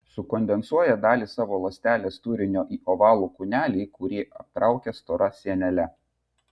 sukondensuoja dalį savo ląstelės turinio į ovalų kūnelį kurį aptraukia stora sienele